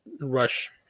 rush